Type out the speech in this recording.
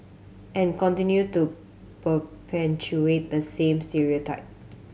and continue to perpetuate that same stereotype